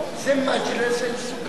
זה "מַגְ'לִס אל-סוּכַּאן".